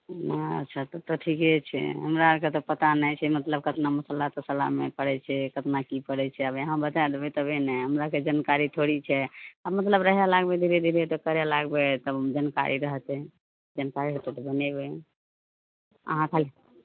अच्छा तब तऽ ठीके छै हमरा आरके तऽ पता नहि छै मतलब कतना मसल्ला तसल्ला ओहिमे पड़ै छै कतना कि पड़ै छै आब अहाँ बता देबै तबे ने हमरा आरके जानकारी थोड़ी छै आ मतलब रहे लगबै धीरे धीरे तऽ करे लागबै तब जानकारी रहतै जानकारी हेतै तऽ बनेबै अहाँ खाली